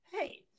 Hey